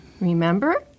Remember